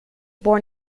born